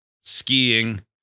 skiing